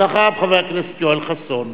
ואחריו, חבר הכנסת יואל חסון.